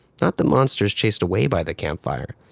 not the monsters chased away by the campfire,